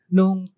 Nung